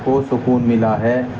کو سکون ملا ہے